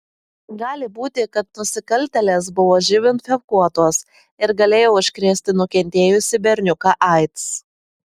gali būti kad nusikaltėlės buvo živ infekuotos ir galėjo užkrėsti nukentėjusį berniuką aids